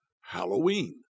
Halloween